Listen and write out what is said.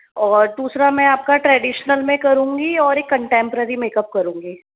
और दूसरा मैं आपका ट्रैडिशनल में करूँगी और एक कन्टेम्परेरी मेकअप करूँगी